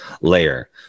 layer